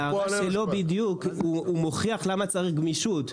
דוד, בהערה שלו בדיוק, הוא מוכיח למה צריך גמישות.